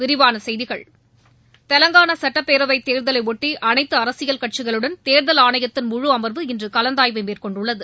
விரிவான செய்திகள் தெலங்கானா சட்டப் பேரவைத் தேர்தலையொட்டி அனைத்து அரசியல் கட்சிகளுடன் தேர்தல் ஆணையத்தின் முழு அமர்வு இன்று கலந்தாய்வை மேற்கொண்டுள்ளது